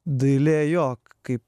dailė jo kaip